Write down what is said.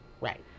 Right